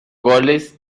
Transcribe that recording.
goles